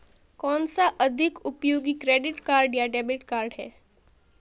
कौनसा अधिक उपयोगी क्रेडिट कार्ड या डेबिट कार्ड है?